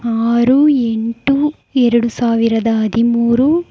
ಆರು ಎಂಟು ಎರಡು ಸಾವಿರದ ಹದಿಮೂರು